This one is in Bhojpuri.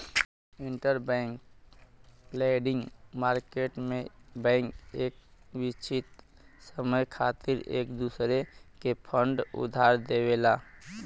इंटरबैंक लेंडिंग मार्केट में बैंक एक निश्चित समय खातिर एक दूसरे के फंड उधार देवला